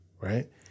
right